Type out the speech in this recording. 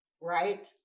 right